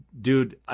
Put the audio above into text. dude